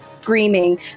screaming